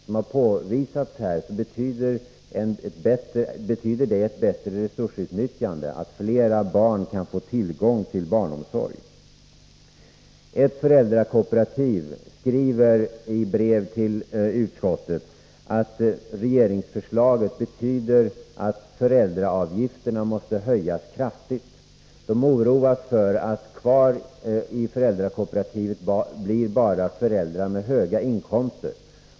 Som har påvisats här, betyder ett bättre resursutnyttjande att flera barn kan få tillgång till barnomsorg. Ett föräldrakooperativ skriver i brev till utskottet att regeringsförslaget betyder att föräldraavgifterna måste höjas kraftigt. Man är orolig för att kvar i föräldrakooperativet blir bara föräldrar med höga inkomster.